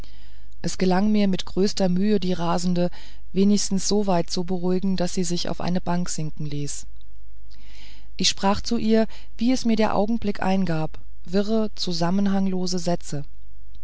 es gelang mir mit größter mühe die rasende wenigstens so weit zu beruhigen daß sie sich auf eine bank niederließ ich sprach zu ihr wie es mir der augenblick eingab wirre zusammenhanglose sätze